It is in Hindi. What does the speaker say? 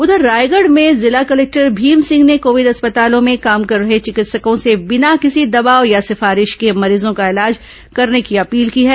उधर रायगढ़ में जिला कलेक्टर भीम सिंह ने कोविड अस्पतालों में काम कर रहे चिकित्सकों से बिना किसी दबाव या सिफारिश के मरीजों का इलाज करने की अपील की है